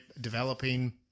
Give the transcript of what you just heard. developing